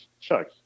Chuck